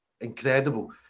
incredible